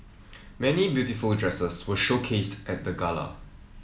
many beautiful dresses were showcased at the gala